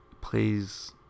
Plays